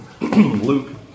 Luke